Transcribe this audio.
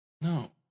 No